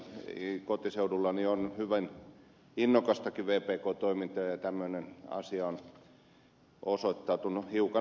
kotiseudullani on hyvin innokastakin vpk toimintaa ja tämmöinen asia on osoittautunut hiukan ongelmalliseksi